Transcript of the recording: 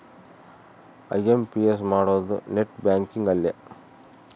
IMPS ಮಾಡೋದು net banking ಅಲ್ಲೆ